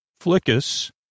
Flickus